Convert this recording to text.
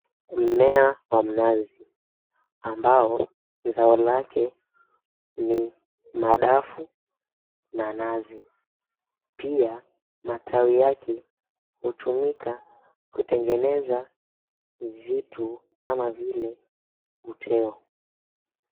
Mmea wa mnazi ambao zao lake ni madafu na nazi. Pia matawi yake hutumika kutengeneza vitu kama vile uteo.